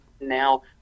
now